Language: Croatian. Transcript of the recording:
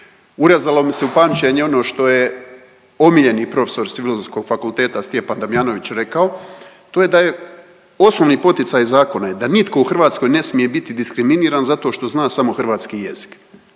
Urezalo mi se u pamćenje ono što je omiljeni profesor s Filozofskog fakulteta Stjepan Damjanović rekao to je da je osnovni poticaj zakona je da nitko u Hrvatskoj ne smije biti diskriminiran zato što zna samo hrvatski jezik.